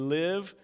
live